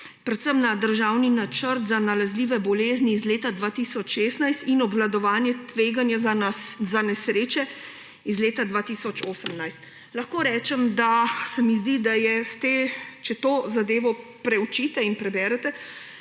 predvsem na državni načrt za nalezljive bolezni iz leta 2016 in obvladovanje tveganja za nesreče iz leta 2018. Lahko rečem, da se mi zdi, če to zadevo preučite in preberete,